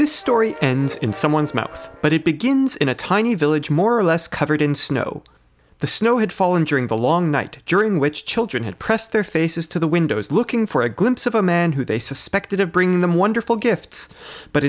this story ends in someone's mouth but it begins in a tiny village more or less covered in snow the snow had fallen during the long night during which children had pressed their faces to the windows looking for a glimpse of a man who they suspected of bringing them wonderful gifts but